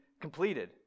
completed